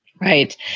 Right